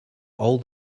all